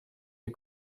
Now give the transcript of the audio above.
des